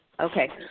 Okay